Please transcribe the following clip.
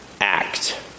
act